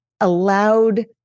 allowed